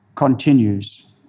continues